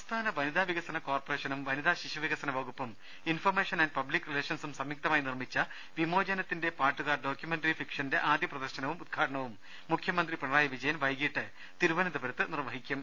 സംസ്ഥാന വനിതാ വികസന കോർപ്പറേഷനും വനിതാ ശിശുവികസന വകുപ്പും ഇൻഫർമേഷൻ ആന്റ് പബ്ലിക്ക് റിലേഷൻസും സംയുക്ത മായി നിർമ്മിച്ച വിമോചനത്തിന്റെ പാട്ടുകാർ ഡോക്യുമെന്ററി ഫിക്ഷന്റെ ആദ്യ പ്രദർശനവും ഉദ്ഘാടനവും മുഖ്യമന്ത്രി പിണറായി വിജയൻ വൈകീട്ട് തിരുവനന്തപുരത്ത് നിർവഹിക്കും